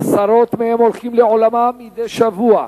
עשרות מהם הולכים לעולמם מדי שבוע,